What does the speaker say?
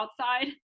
outside